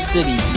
City